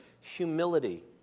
humility